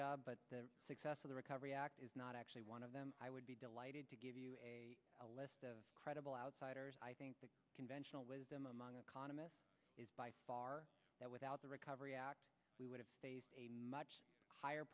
job but success of the recovery act is not actually one of them i would be delighted to give you a credible outsiders i think the conventional wisdom among economists is by far that without the recovery act we would have a much higher